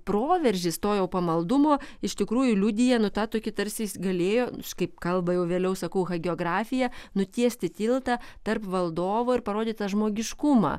proveržis to jau pamaldumo iš tikrųjų liudija nu ta tokį tarsi jis galėjo kaip kalba jau vėliau sakau hagiografija nutiesti tiltą tarp valdovo ir parodyt tą žmogiškumą